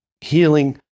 healing